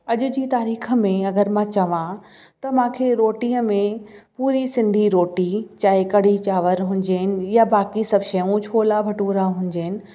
अॼु जी तारीख़ में अगरि मां चवां त मूंखे रोटीअ में पूरी सिंधी रोटी चाहे कढ़ी चांवर हुजनि या बाक़ी सभु शयूं छोला भटूरा हुजनि